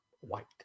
white